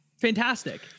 Fantastic